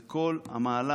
זה כל המהלך